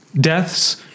deaths